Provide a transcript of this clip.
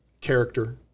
Character